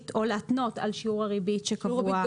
או להתנות על שיעור הריבית שקבוע בתקנות.